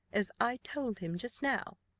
as i told him just now,